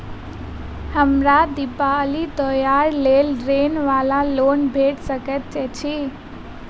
हमरा दिपावली त्योहारक लेल ऋण वा लोन भेट सकैत अछि?